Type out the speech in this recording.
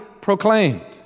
proclaimed